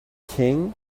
king